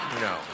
no